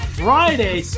friday